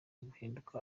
guhinduka